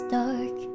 dark